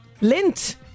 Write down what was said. Lint